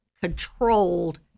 controlled